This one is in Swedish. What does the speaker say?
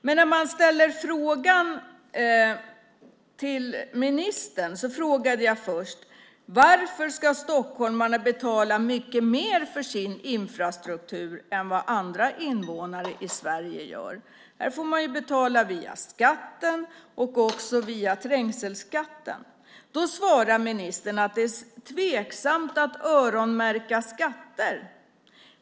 Den första av mina frågor till ministern var: Varför ska stockholmarna betala mycket mer för sin infrastruktur än andra invånare i Sverige? Här får man betala dels via skatten, dels via trängselskatten. Då svarar ministern att det är tveksamt att öronmärka skatter.